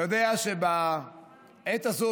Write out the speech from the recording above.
אתה יודע שהעת הזו,